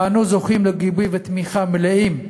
ואנו זוכים לגיבוי ותמיכה מלאים מהשר,